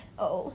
oh